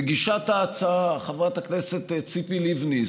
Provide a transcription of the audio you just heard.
מגישת ההצעה חברת הכנסת ציפי לבני,